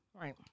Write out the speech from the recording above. right